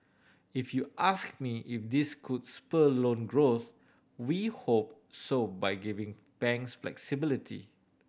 if you ask me if this could spur loan growth we hope so by giving banks flexibility